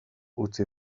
utzi